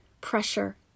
pressure